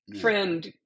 Friend